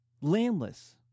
Landless